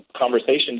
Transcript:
conversations